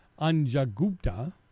Anjagupta